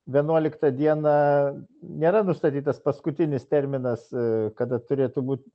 vienuoliktą dieną nėra nustatytas paskutinis terminas kada turėtų būt